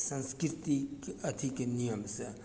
संस्कृतिके अथीके नियमसँ